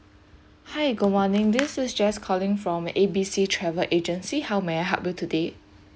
hi good morning this is jess calling from A B C travel agency how may I help you today